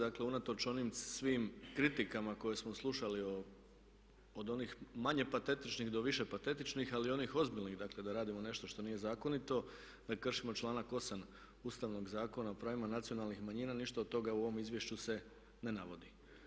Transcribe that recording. Dakle unatoč onim svim kritikama koje smo slušali od onih manje patetičnih do više patetičnih ali i onih ozbiljnih dakle da radimo nešto što nije zakonito, da kršimo članak 8. Ustavnog zakona o pravima nacionalnih manjina, ništa od toga u ovom izvješću se ne navodi.